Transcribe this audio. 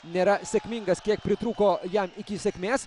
nėra sėkmingas kiek pritrūko jam iki sėkmės